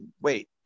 wait